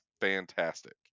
fantastic